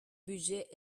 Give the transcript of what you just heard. budget